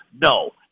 No